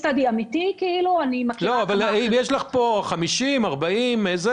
אם יש לך פה 50% ו-40% וכד',